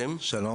שלום.